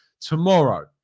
tomorrow